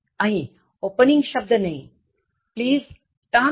અહીં opening શબ્દ નહી Please turn on the tap